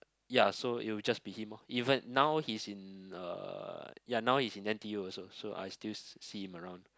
ya so it will just be him even now he's in uh ya now he's in N_T_U also so I still see see him around